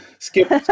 Skip